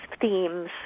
themes